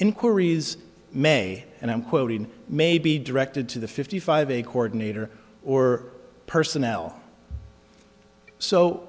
inquiries may and i'm quoting may be directed to the fifty five a coordinator or personnel so